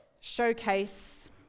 Showcase